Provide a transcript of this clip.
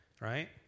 right